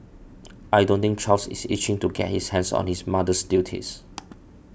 I don't think Charles is itching to get his hands on his mother's duties